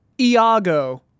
Iago